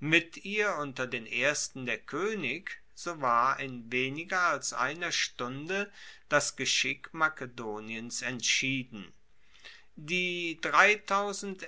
mit ihr unter den ersten der koenig so war in weniger als einer stunde das geschick makedoniens entschieden die